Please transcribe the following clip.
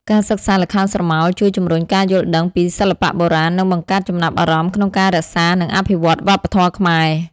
ការសិក្សាល្ខោនស្រមោលជួយជំរុញការយល់ដឹងពីសិល្បៈបុរាណ និងបង្កើតចំណាប់អារម្មណ៍ក្នុងការរក្សា និងអភិវឌ្ឍវប្បធម៌ខ្មែរ។